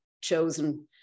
chosen